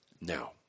Now